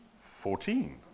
Fourteen